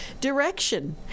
direction